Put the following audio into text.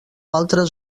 altres